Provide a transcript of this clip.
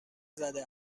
زده